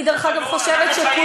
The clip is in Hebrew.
הוא